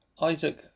Isaac